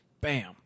Bam